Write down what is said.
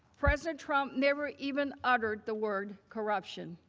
president trump never even uttered the word corruption.